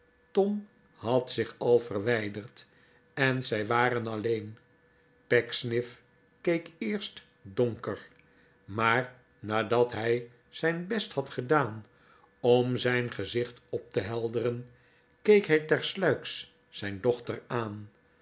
tom had zich al verwijderd en zij waren alleen pecksniff keek eerst donker maar nadat hij zijn best had gedaan om zijn gezicht op te helderen keek hij tersluiks zijn dochter aan